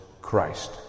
Christ